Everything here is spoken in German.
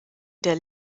der